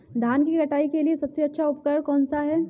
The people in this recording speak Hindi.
धान की कटाई के लिए सबसे अच्छा उपकरण कौन सा है?